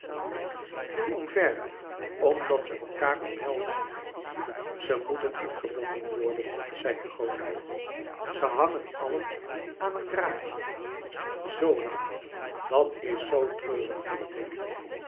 viel omver omdat ze elkaâr omhelsden ze moeten ingebonden worden zei hugo ze hangen allen aan een draadje zola dat is zoo treurig vind ik